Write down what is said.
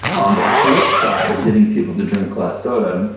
on the flip side of getting people to drink less soda,